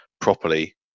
properly